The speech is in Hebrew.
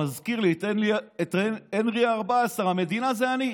מזכיר לי את הנרי ה-14: המדינה זה אני.